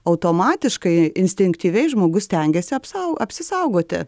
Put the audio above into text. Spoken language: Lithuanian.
automatiškai instinktyviai žmogus stengiasi apsau apsisaugoti